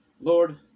Lord